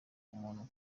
umuntu